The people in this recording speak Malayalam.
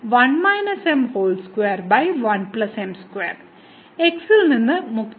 x ൽ നിന്ന് മുക്തമാണ്